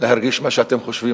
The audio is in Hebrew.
להרגיש מה שאתם חושבים,